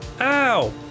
Ow